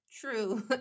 true